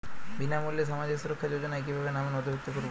বিনামূল্যে সামাজিক সুরক্ষা যোজনায় কিভাবে নামে নথিভুক্ত করবো?